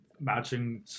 matching